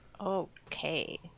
okay